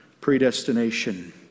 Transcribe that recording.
Predestination